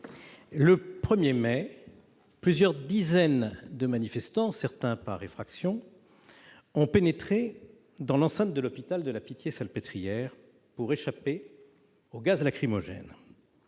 mai dernier, plusieurs dizaines de manifestants ont pénétré, certains par effraction, dans l'enceinte de l'hôpital de la Pitié-Salpêtrière pour échapper aux gaz lacrymogènes.